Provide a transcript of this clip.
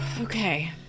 Okay